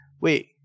Wait